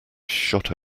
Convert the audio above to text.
shot